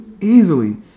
easily